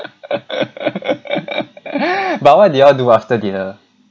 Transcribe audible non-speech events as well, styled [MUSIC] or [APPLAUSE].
[LAUGHS] but what do you all do after dinner